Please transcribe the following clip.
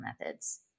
methods